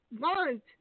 want